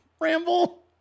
Ramble